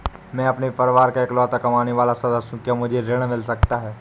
मैं अपने परिवार का इकलौता कमाने वाला सदस्य हूँ क्या मुझे ऋण मिल सकता है?